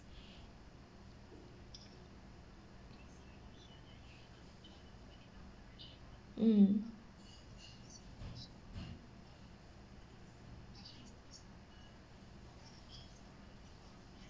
mm